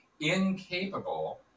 incapable